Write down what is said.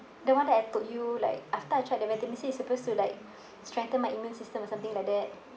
the one that I told you like after I tried the vitamin C it's supposed to like strengthen my immune system or something like that